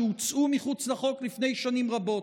שהוצאו מחוץ לחוק לפני שנים רבות.